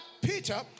Peter